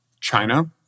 China